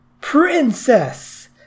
Princess